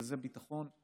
שהוא ביטחון,